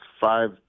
five